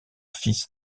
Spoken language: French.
fils